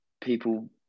people